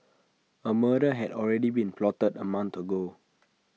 A murder had already been plotted A month ago